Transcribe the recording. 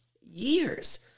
years